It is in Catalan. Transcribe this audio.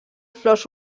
flors